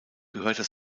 gehörte